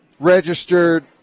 Registered